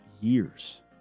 years